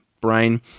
brain